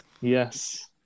Yes